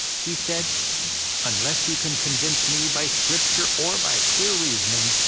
he said unless you can convince me by scripture or by clear reasoning,